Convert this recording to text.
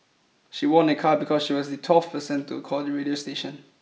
she won a car because she was the twelfth person to call the radio station